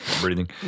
breathing